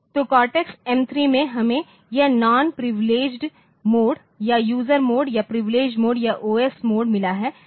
तो cortex M 3 में हमें यह नॉन प्रिविलेडगेड मोड या यूजर मोड और प्रिविलेडगेड मोड या ओएस मोड मिला है